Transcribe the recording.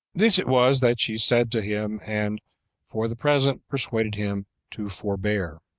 this it was that she said to him, and for the present persuaded him to forbear.